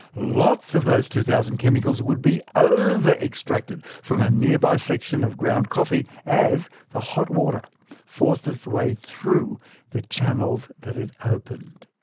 lots of those two thousand chemicals would be over-extracted from a nearby section of ground coffee as the hot water forced its way through the channels that it opened.